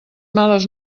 males